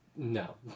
No